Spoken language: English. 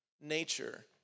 nature